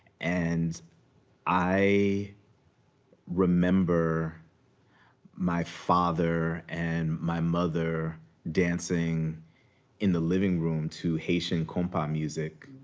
and i remember my father and my mother dancing in the living room to haitian compas music.